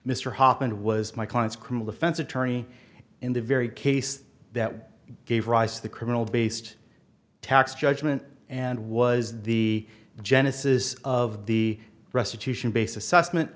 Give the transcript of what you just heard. and was my client's criminal defense attorney in the very case that gave rise to the criminal based tax judgment and was the genesis of the restitution base assessment